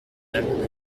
madame